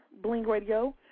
blingradio